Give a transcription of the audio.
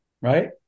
Right